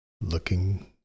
Looking